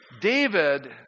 David